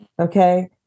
Okay